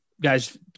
guy's